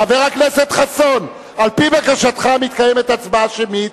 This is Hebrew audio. חבר הכנסת חסון, על-פי בקשתך מתקיימת הצבעה שמית.